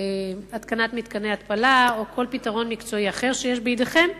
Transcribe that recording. התקנת מתקני התפלה או כל פתרון מקצועי אחר שיש בידכם,